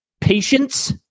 patience